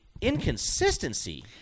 Inconsistency